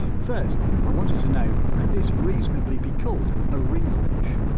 first, i wanted to know, could this reasonably be called a relaunch?